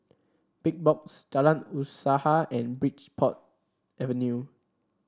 Big Box Jalan Usaha and Bridport Avenue